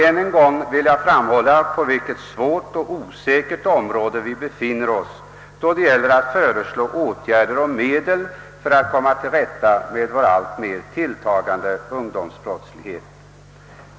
Än en gång vill jag framhålla att man rör sig på ett svårbemästrat och osäkert område då det gäller att föreslå åtgärder och medel för att komma till rätta med den alltmer tilltagande ungdomsbrottsligheten.